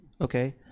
Okay